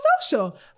Social